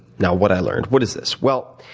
now, what i learned, what is this? well,